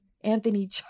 Anthony